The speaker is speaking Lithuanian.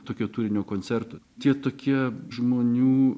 tokio turinio koncertų tie tokie žmonių